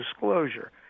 disclosure